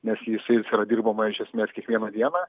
nes jisai jais yra dirbama iš esmės kiekvieną dieną